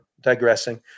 digressing